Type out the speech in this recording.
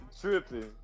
Tripping